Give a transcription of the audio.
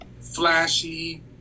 Flashy